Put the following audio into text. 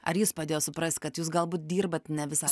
ar jis padėjo suprast kad jūs galbūt dirbat ne visą